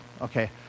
Okay